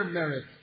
merit